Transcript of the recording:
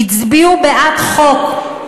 הצביעו בעד חוק,